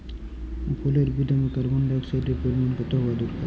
ফলের গুদামে কার্বন ডাই অক্সাইডের পরিমাণ কত হওয়া দরকার?